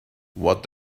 what